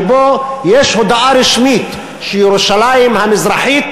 שבו יש הודעה רשמית שירושלים המזרחית